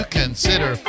consider